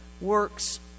works